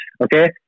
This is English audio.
okay